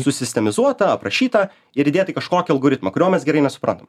susistemizuota aprašyta ir įdėta į kažkokį algoritmą kurio mes gerai nesuprantam